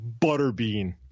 Butterbean